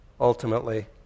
ultimately